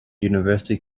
university